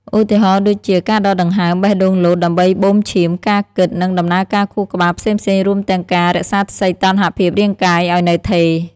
ឧទាហរណ៍ដូចជា ការដកដង្ហើម បេះដូងលោត ដើម្បីបូមឈាម ការគិត និងដំណើរការខួរក្បាលផ្សេងៗ រួមទាំងការ រក្សាសីតុណ្ហភាពរាងកាយ ឱ្យនៅថេរ។